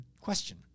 question